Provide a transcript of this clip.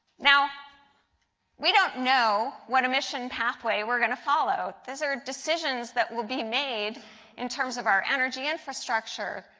now we don't know what emission pathway we are going to follow. these are decisions that will be made in terms of our energy infrastructure,